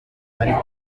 ariko